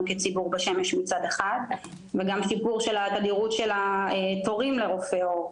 כציבור בשמש מצד אחד וגם את סיפור התדירות של תורים לרופאי עור,